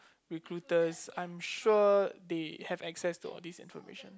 recruiters I am sure they have access to all this information